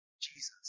Jesus